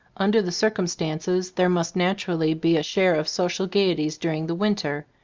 under the circumstances, there must naturally be a share of social gayeties during the winter,